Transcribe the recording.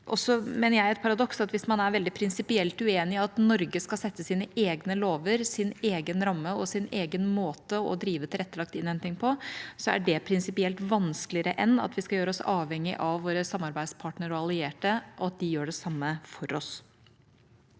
mener jeg, et paradoks at man er veldig prinsipielt uenig i at Norge skal sette sine egne lover, sin egen ramme og sin egen måte å drive tilrettelagt innhenting på, når det er prinsipielt vanskeligere at vi skal gjøre oss avhengige av våre samarbeidspartnere og allierte, og at de gjør det samme for oss.